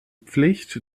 pflicht